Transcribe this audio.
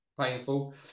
painful